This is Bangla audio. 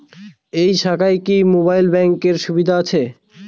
এই শাখায় কি মোবাইল ব্যাঙ্কের সুবিধা আছে?